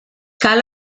cal